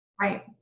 Right